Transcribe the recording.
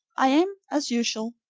i am, as usual,